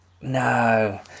no